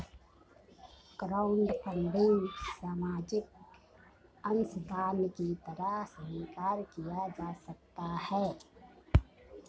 crowdfunding सामाजिक अंशदान की तरह स्वीकार किया जा सकता है